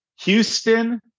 Houston